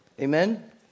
Amen